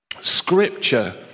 Scripture